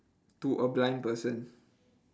to a blind person